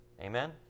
Amen